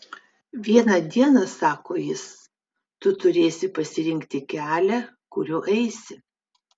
vieną dieną sako jis tu turėsi pasirinkti kelią kuriuo eisi